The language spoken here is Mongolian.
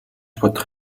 бодох